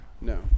No